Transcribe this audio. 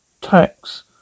Tax